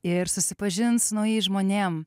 ir susipažint su naujais žmonėm